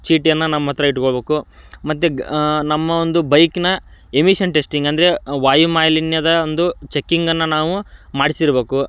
ಚೀಟಿಯನ್ನು ನಮ್ಮ ಹತ್ತಿರ ಇಟ್ಗೊಬೇಕು ಮತ್ತು ಗ್ ನಮ್ಮ ಒಂದು ಬೈಕಿನ ಎಮಿಷನ್ ಟೆಸ್ಟಿಂಗ್ ಅಂದರೆ ವಾಯುಮಾಲಿನ್ಯದ ಒಂದು ಚೆಕಿಂಗನ್ನು ನಾವು ಮಾಡ್ಸಿರ್ಬೇಕು